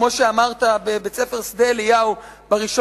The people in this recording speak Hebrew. כמו שאמרת בבית-הספר "שדה אליהו" ב-1